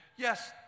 Yes